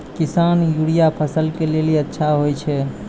किसान यूरिया फसल के लेली अच्छा होय छै?